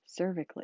cervically